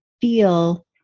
feel